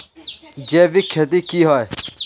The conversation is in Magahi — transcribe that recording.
जैविक खेती की होय?